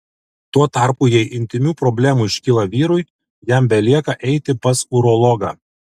tuo tarpu jei intymių problemų iškyla vyrui jam belieka eiti pas urologą